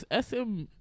SM